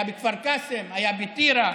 זה היה בכפר קאסם, היה בטירה,